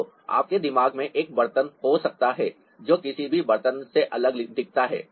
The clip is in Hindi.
तो आपके दिमाग में एक बर्तन हो सकता है जो किसी भी अन्य बर्तन से अलग दिखता है